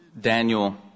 Daniel